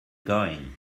going